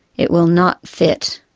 it will not fit.